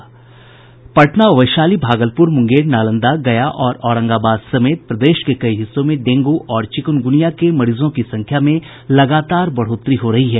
पटना वैशाली भागलपुर मुंगेर नालंदा गया और औरंगाबाद समेत प्रदेश के कई हिस्सों में डेंगू और चिकुनगुनिया के मरीजों की संख्या में लगातार बढ़ोतरी हो रही है